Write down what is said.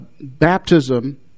baptism